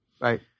right